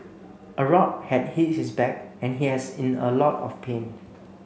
a rock had hit his back and he has in a lot of pain